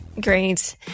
Great